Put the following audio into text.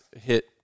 hit